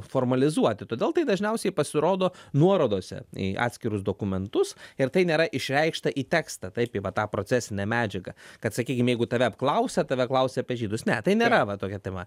formalizuoti todėl tai dažniausiai pasirodo nuorodose į atskirus dokumentus ir tai nėra išreikšta į tekstą taip į va tą procesinę medžiagą kad sakykim jeigu tave apklausia tave klausia apie žydus ne tai nėra va tokia tema